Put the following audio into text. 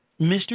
Mr